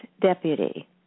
deputy